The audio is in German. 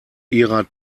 ihrer